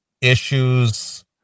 issues